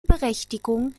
berechtigung